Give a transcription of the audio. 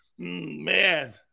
Man